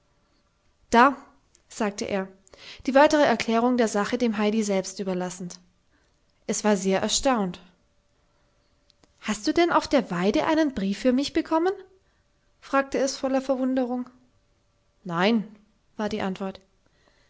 da sagte er die weitere erklärung der sache dem heidi selbst überlassend es war sehr erstaunt hast du denn auf der weide einen brief für mich bekommen fragte es voller verwunderung nein war die antwort